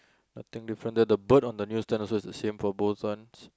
nothing different there the bird on the news stand also is the same for both ones